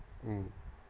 mm